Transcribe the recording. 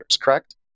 correct